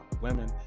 women